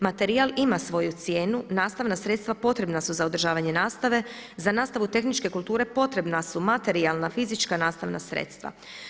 Materijal ima svoju cijenu, nastavan sredstva potreban su za održavanje nastave, za nastavu tehničke kulture potrebna su materijalna, fizička nastavna sredstva.